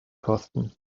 kosten